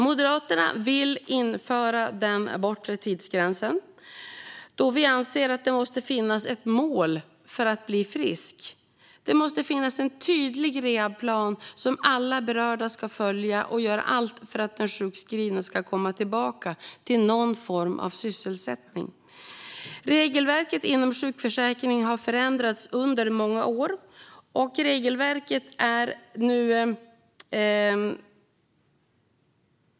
Moderaterna vill införa en bortre tidsgräns då vi anser att det måste finnas ett mål om att den sjukskrivne ska bli frisk. Det måste finnas en tydlig rehabplan som alla berörda ska följa, och de ska göra allt för att den sjukskrivne ska komma tillbaka till någon form av sysselsättning. Regelverket inom sjukförsäkringen har förändrats under många år.